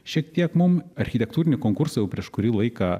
šiek tiek mum architektūrinį konkursą jau prieš kurį laiką